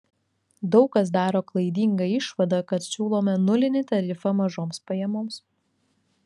daug kas daro klaidingą išvadą kad siūlome nulinį tarifą mažoms pajamoms